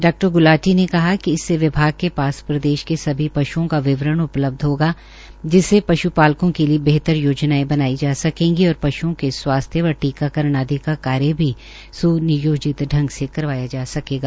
डा ग्लाटी ने कहा कि इससे विभाग व सरकार के पास प्रदेश के सभी पश्ओं का विवरण उपलब्ध होगा जिससे पश्पालकों के लिये बेहतर योजनाये बनाई जा सकेगी और पश्ओं के स्वास्थ्य व टीकाकरण आदि का कार्य भी सुनियोजित ांग से करवाया जा सकेगा